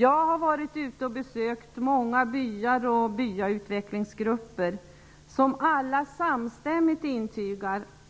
Jag har besökt många byar och byautvecklingsgrupper. De intygar alla samstämmigt